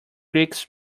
creaks